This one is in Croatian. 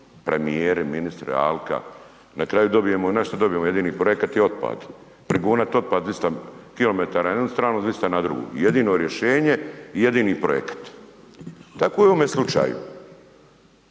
premijer, ministri, Alka, na kraju dobijemo, nešto dobijemo jedini projekat je otpad. … 200 km na jednu stranu, 200 na drugo. Jedino rješenje i jedini projekat, tako je i u ovome slučaju,